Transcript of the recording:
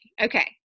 Okay